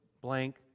blank